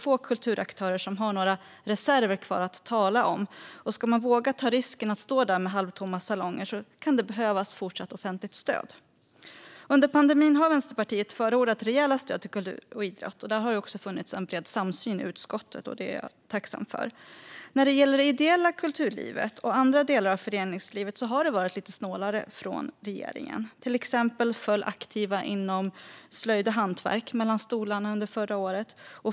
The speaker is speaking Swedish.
Få kulturaktörer har några reserver kvar att tala om, och ska man våga ta risken att stå där med halvtomma salonger kan det behövas fortsatt offentligt stöd. Under pandemin har Vänsterpartiet förordat rejäla stöd till kultur och idrott. Där har det också funnits en bred samsyn i utskottet. Det är jag tacksam för. När det gäller det ideella kulturlivet och andra delar av föreningslivet har det varit lite snålare från regeringen. Till exempel föll aktiva inom slöjd och hantverk mellan stolarna förra året.